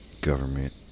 government